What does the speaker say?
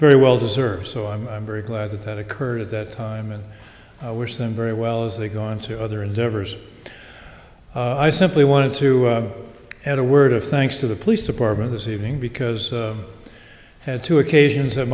very well deserved so i'm very glad that that occurred at that time and wish them very well as they go on to other endeavors i simply wanted to add a word of thanks to the police department this evening because i had two occasions at